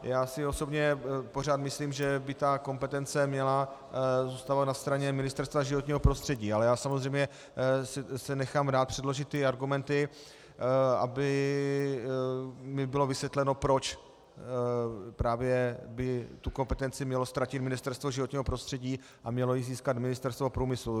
Já osobně si pořád myslím, že by kompetence měla zůstávat na straně Ministerstva životního prostředí, samozřejmě si nechám rád předložit ty argumenty, aby mi bylo vysvětleno, proč by tu kompetenci mělo ztratit Ministerstvo životního prostředí a mělo ji získat Ministerstvo průmyslu.